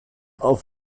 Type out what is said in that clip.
auf